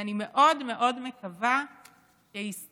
ואני מאוד מאוד מקווה שישראל,